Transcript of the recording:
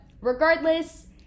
regardless